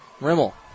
Rimmel